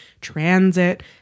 transit